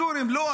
הסורים לא?